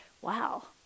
wow